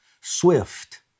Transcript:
Swift